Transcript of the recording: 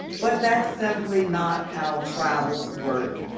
but that's simply not how trials work.